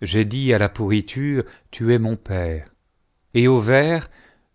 j'ai dit à la pourriture tu es mon père et aux vers